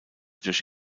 durch